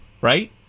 right